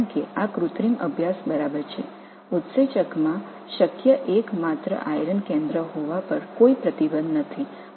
இது செயற்கை ஆய்வுகள் சரியானது என்பதால் என்சைமில் சாத்தியமான ஒரு இரும்பு மையம் மட்டுமே இருப்பதற்கு எந்த தடையும் இல்லை